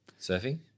Surfing